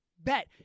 Bet